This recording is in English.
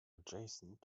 adjacent